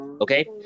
Okay